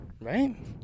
Right